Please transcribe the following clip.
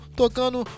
tocando